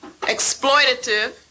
exploitative